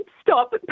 Stop